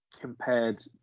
compared